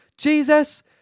Jesus